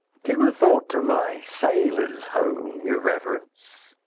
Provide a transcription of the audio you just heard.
give a thought to my sailors' home, your reverence.